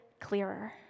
clearer